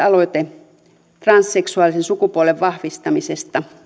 aloite transseksuaalisen sukupuolen vahvistamisesta